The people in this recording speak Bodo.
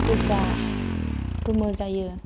गोजा गोमो जायो